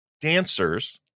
dancers